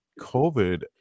COVID